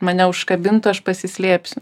mane užkabintų aš pasislėpsiu